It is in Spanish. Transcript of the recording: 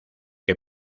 que